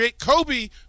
Kobe